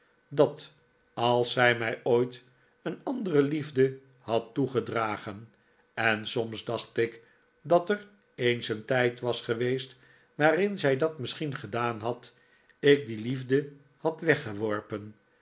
dat als zij mij ooit een andere liefde had toegedragen en soms dacht ik dat er eens een tijd was geweest waarin zij dat misschien gedaan had ik die liefde had weggeworpen